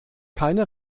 keine